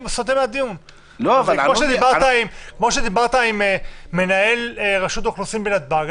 כמו שדיברת עם מנהל רשות האוכלוסין בנתב"ג,